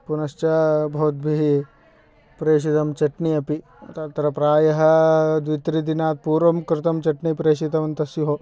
पुनश्च भवद्भिः प्रेषितम् चट्नि अपि तत्र प्रायः द्वित्रिदिनात् पूर्वं कृतं चट्नि प्रेषितवन्तः स्युः